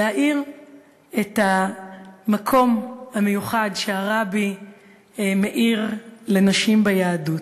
להאיר את המקום המיוחד שהרבי מאיר לנשים ביהדות.